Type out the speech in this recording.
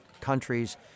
countries